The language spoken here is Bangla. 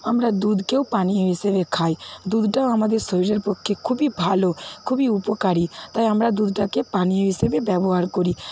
আমরা দুধকেও পানীয় হিসেবে খাই দুধটাও আমাদের শরীরের পক্ষে খুবই ভালো খুবই উপকারী তাই আমরা দুধটাকে পানীয় হিসেবে ব্যবহার করি